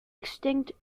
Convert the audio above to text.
extinct